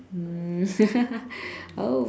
um oh